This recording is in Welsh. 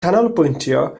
canolbwyntio